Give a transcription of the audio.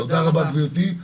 תודה רבה גברתי.